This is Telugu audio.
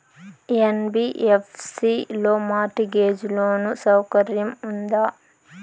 యన్.బి.యఫ్.సి లో మార్ట్ గేజ్ లోను సౌకర్యం ఉందా?